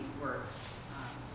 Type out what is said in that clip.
works